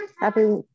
Happy